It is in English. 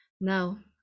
now